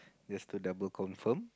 just to double confirm